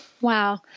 Wow